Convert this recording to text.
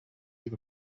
eve